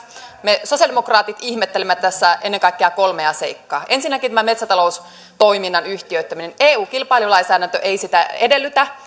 me sosialidemokraatit ihmettelemme tässä ennen kaikkea kolmea seikkaa ensinnäkin tämä metsätaloustoiminnan yhtiöittäminen eu kilpailulainsäädäntö ei sitä edellytä